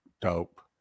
Dope